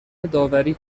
داوری